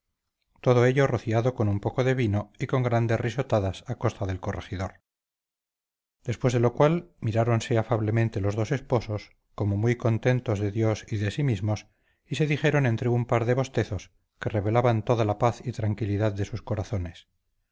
todo ello rociado con un poco de vino y con grandes risotadas a costa del corregidor después de lo cual miráronse afablemente los dos esposos como muy contentos de dios y de sí mismos y se dijeron entre un par de bostezos que revelaban toda la paz y tranquilidad de sus corazones